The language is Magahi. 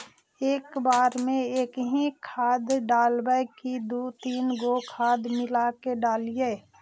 एक बार मे एकही खाद डालबय की दू तीन गो खाद मिला के डालीय?